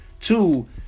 two